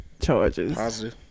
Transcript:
charges